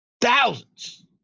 thousands